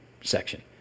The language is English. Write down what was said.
section